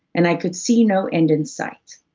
and i could see no end in sight.